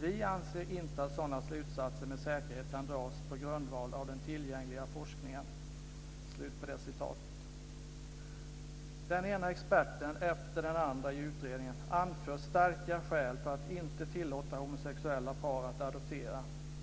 Vi anser inte att sådana slutsatser med säkerhet kan dras på grundval av den tillgängliga forskningen." Den ena experten efter den andra i utredningen anför starka skäl för att inte tillåta homosexuella par att adoptera.